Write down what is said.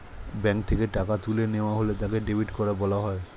bank থেকে টাকা তুলে নেওয়া হলে তাকে ডেবিট করা বলা হয়